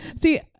See